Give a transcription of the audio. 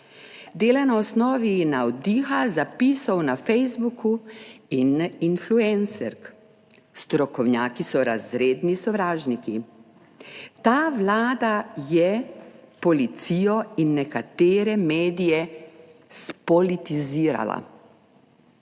Dela na osnovi navdiha, zapisov na Facebooku in na influenserk, strokovnjaki so razredni sovražniki. Ta Vlada je policijo in nekatere medije spolitizirala.